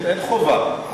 אין חובה.